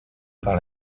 par